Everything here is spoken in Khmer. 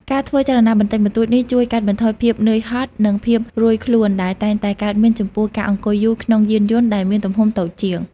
ការធ្វើចលនាបន្តិចបន្តួចនេះជួយ កាត់បន្ថយភាពនឿយហត់ និងភាពរោយខ្លួន ដែលតែងតែកើតមានចំពោះការអង្គុយយូរក្នុងយានយន្តដែលមានទំហំតូចជាង។